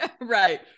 Right